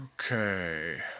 Okay